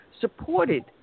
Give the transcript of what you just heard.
supported